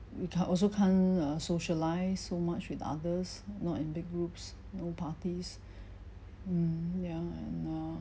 we can't also can't uh socialise so much with others not in big groups no parties mm ya and uh